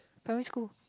primary school